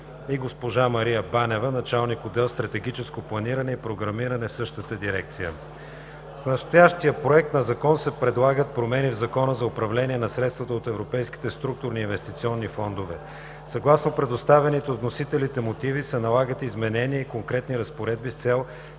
и госпожа Мария Банева – началник отдел „Стратегическо планиране и програмиране“ в същата дирекция. С настоящия Проект на закон се предлагат промени в Закона за управление на средствата от европейските структури и инвестиционни фондове (ЗУСЕСИФ). Съгласно предоставените от вносителите мотиви се налагат изменения в конкретни разпоредби с цел